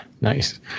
Nice